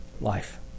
Life